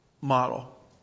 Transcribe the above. model